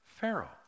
Pharaoh